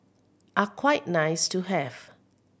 are quite nice to have